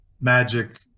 magic